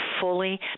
fully